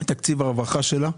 את תקציב הרווחה שלה.